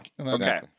Okay